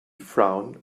frown